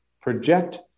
project